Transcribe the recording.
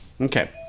Okay